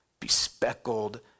bespeckled